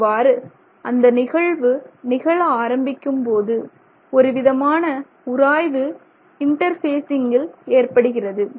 இவ்வாறு அந்த நிகழ்வு நிகழ ஆரம்பிக்கும்போது ஒருவிதமான உராய்வு இன்டர்பேஸிங்கில் ஏற்படுகிறது